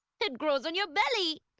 it grows on your belly!